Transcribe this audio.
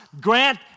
grant